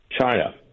China